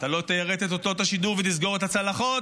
אתה לא תיירט את אותות השידור ותסגור את הצלחות,